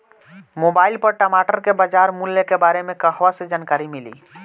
Mobile पर टमाटर के बजार मूल्य के बारे मे कहवा से जानकारी मिली?